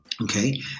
Okay